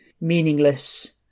meaningless